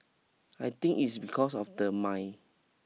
I think it's because of the mine